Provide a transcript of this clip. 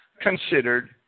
considered